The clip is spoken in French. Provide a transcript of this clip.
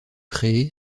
créé